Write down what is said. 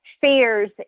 fears